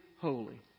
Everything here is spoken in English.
holy